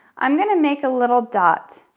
i'm gonna make a little dot